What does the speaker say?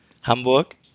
Hamburg